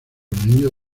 niños